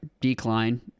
decline